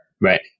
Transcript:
Right